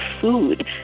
food